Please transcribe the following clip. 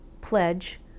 pledge